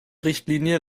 richtlinie